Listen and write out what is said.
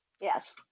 Yes